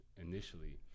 initially